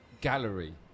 gallery